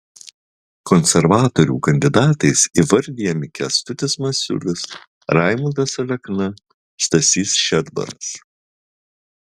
konservatorių kandidatais įvardijami kęstutis masiulis raimundas alekna stasys šedbaras